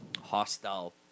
hostile